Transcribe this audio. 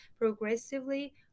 progressively